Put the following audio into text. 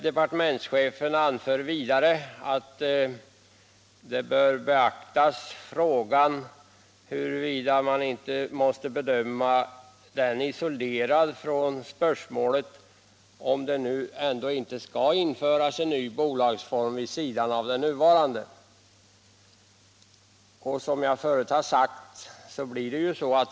Departementschefen anför vidare att det bör beaktas om man inte måste bedöma det här isolerat från spörsmålet om det ändå inte skall införas en bolagsform vid sidan av den nuvarande.